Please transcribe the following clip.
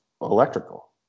electrical